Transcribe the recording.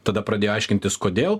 tada pradėjo aiškintis kodėl